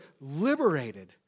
liberated